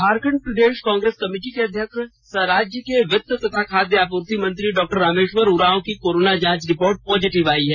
झारखंड प्रदेश कांग्रेस कमेटी के अध्यक्ष सह राज्य के वित्त तथा खाद्य आपूर्ति मंत्री डॉ रामेश्वर उरांव की कोरोना जांच रिपोर्ट पॉजिटिव आयी है